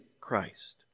Christ